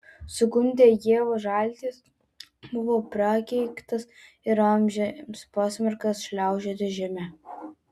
sugundę ievą žaltys buvo prakeiktas ir amžiams pasmerktas šliaužioti žeme